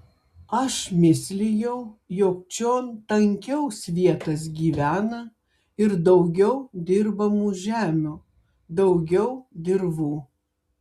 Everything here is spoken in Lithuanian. aš mislijau jog čion tankiau svietas gyvena ir daugiau dirbamų žemių daugiau dirvų